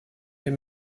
est